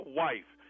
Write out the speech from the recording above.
wife